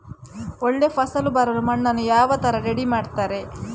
ಒಳ್ಳೆ ಫಸಲು ಬರಲು ಮಣ್ಣನ್ನು ಯಾವ ತರ ರೆಡಿ ಮಾಡ್ತಾರೆ?